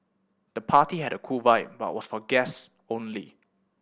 the party had a cool vibe but was for guests only